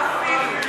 "אפילו"?